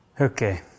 Okay